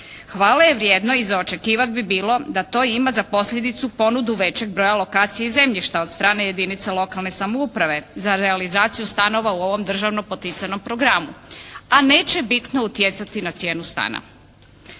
Hvale je vrijedno i za očekivat bi bilo da to ima za posljedicu ponudu većeg broja lokacije zemljišta od strane jedinica lokalne samouprave za realizaciju stanova u ovom državno poticanom programu, a neće bitno utjecati na cijenu stana.